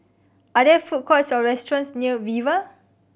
are there food courts or restaurants near Viva